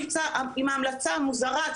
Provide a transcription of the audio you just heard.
עם ההמלצה המוזרה,